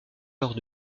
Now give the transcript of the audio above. lors